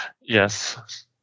Yes